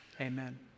Amen